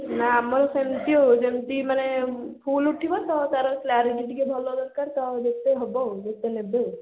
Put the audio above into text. ନା ଆମର ସେମିତି ଆଉ ଯେମିତି ମାନେ ଫୁଲ୍ ଉଠିବ ତ ତା'ର କ୍ଲାରିଟି ଟିକିଏ ଭଲ ଦରକାର ତ ଯେତେ ହବ ଆଉ ଯେତେ ନେବେ